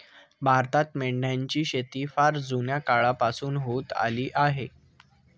भारतात मेंढ्यांची शेती फार जुन्या काळापासून होत आली आहे